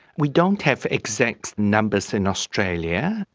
we don't have exact numbers in australia.